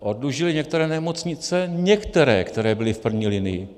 Oddlužili některé nemocnice některé, které byly v první linii.